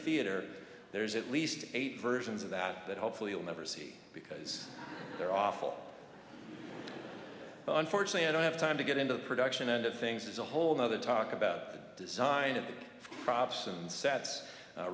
theater there's at least eight versions of that that hopefully you'll never see because they're awful but unfortunately i don't have time to get into the production end of things is a whole nother talk about the design of the props and sets